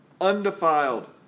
undefiled